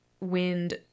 wind